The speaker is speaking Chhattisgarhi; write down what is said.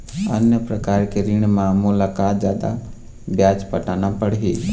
अन्य प्रकार के ऋण म मोला का जादा ब्याज पटाना पड़ही?